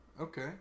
Okay